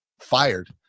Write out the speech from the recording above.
fired